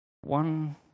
One